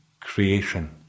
creation